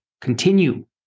continue